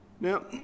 Now